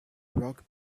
rock